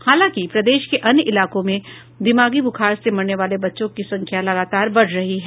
हालांकि प्रदेश के अन्य इलाकों में दिमागी बुखार से मरने वालें बच्चों की संख्या लगातार बढ़ रही है